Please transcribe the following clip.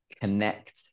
connect